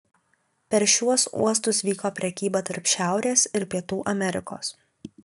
per šiuos uostus vyko prekyba tarp šiaurės ir pietų amerikos